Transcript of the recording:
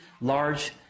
large